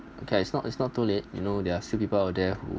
okay it's not it's not too late you know there are still people out there who